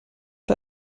der